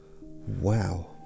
Wow